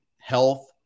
health